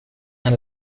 aan